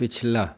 पिछला